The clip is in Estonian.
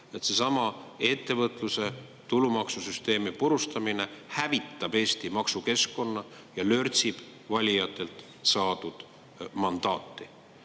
et seesama ettevõtluse tulumaksusüsteemi purustamine hävitab Eesti maksukeskkonna ja lörtsib valijatelt saadud mandaati.